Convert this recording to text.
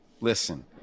listen